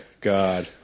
God